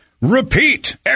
repeat